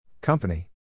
Company